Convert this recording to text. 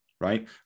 right